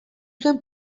zuen